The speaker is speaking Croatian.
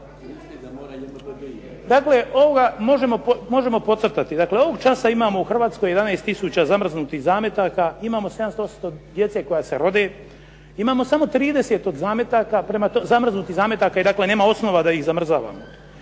Dakle, ovo možemo podcrtati, dakle ovoga časa imamo u Hrvatskoj 11 tisuća zamrznutih zametaka, imamo 700,800 djece koja se rode, imamo samo 30 od zametaka, zamrznutih zametaka, nema osnova da ih zamrzavamo.